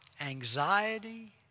anxiety